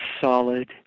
solid